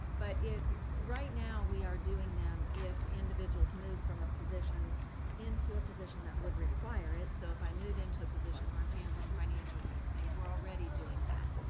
but right now we are doing them if individuals move from a position into a position that would require it, so if i move into a position where i'm handling financial kinds of things, we're already doing that,